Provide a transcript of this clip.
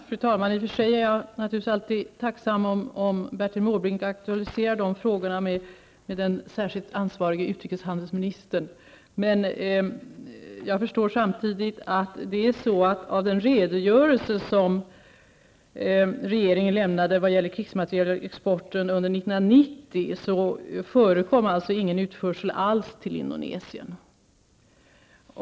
Fru talman! I och för sig är jag naturligtvis tacksam om Bertil Måbrink aktualiserar de frågorna med den särskilt ansvarige utrikeshandelsministern, men jag kan också säga att det enligt den redogörelse som regeringen lämnade när det gällde krigsmaterielexporten under 1990 inte förekom någon utförsel alls till Indonesien.